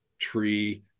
tree